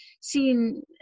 seen